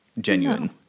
genuine